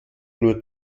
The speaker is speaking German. nur